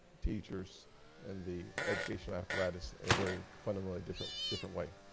teachers and the educational apparatus in a very fundamentally different different way.